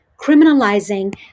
criminalizing